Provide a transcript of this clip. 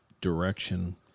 direction